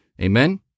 Amen